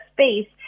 space